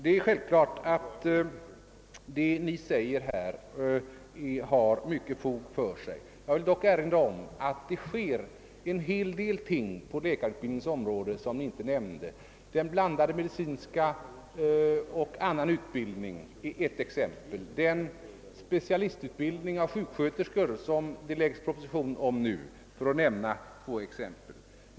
Naturligtvis har det som Ni sade mycket fog för sig, men jag vill erinra om att det på läkarutbildningens område sker ganska mycket som Ni inte nämnde, t.ex. den blandade medicinska utbildningen och annan utbildning samt den vidareutbildning av sjuksköterskor som det nu framläggs proposition om — för att här bara nämna två exempel.